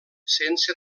sense